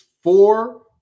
four –